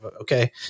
Okay